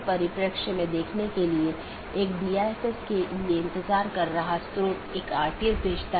BGP version 4 में बड़ा सुधार है कि यह CIDR और मार्ग एकत्रीकरण को सपोर्ट करता है